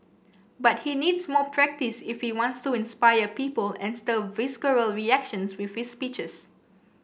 but he needs more practise if he wants to inspire people and stir visceral reactions with his speeches